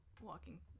walking